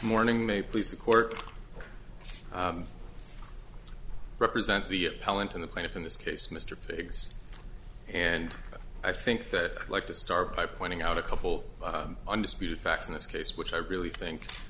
morning may please the court represent the talent in the plaintiff in this case mr figs and i think that like to start by pointing out a couple undisputed facts in this case which i really think